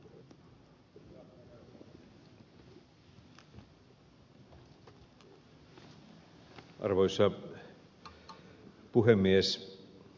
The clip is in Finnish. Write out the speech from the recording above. arvoisa puhemies